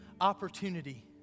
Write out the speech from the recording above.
opportunity